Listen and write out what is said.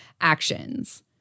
actions